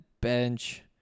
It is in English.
bench